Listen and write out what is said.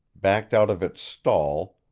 backed out of its stall,